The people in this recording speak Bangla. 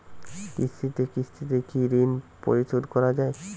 কিস্তিতে কিস্তিতে কি ঋণ পরিশোধ করা য়ায়?